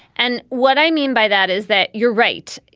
and what i mean by that is that you're right.